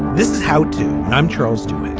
this is how to i'm charles darwin.